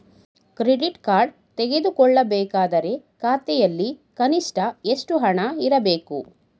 Credit card ತೆಗೆದುಕೊಳ್ಳಬೇಕಾದರೆ ಖಾತೆಯಲ್ಲಿ ಕನಿಷ್ಠ ಎಷ್ಟು ಹಣ ಇರಬೇಕು?